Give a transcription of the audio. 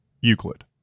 Euclid